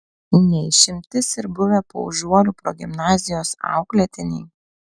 ne išimtis ir buvę paužuolių progimnazijos auklėtiniai